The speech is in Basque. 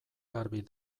garbi